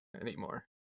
anymore